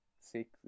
six